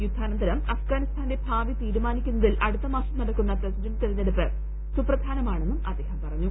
യുദ്ധാനന്തരം അഫ്ഗാനിസ്ഥാന്റെ ഭാവി തീരുമാനിക്കുന്നതിൽ അടുത്ത മാസം നടക്കുന്ന പ്രസിഡന്റ് തെരഞ്ഞെടുപ്പ് സുപ്രധാനമാണെന്നും അദ്ദേഹം പറഞ്ഞു